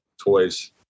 toys